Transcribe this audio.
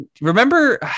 Remember